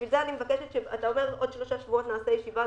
אתה אומר שבעוד שלושה שבועות נקיים ישיבה,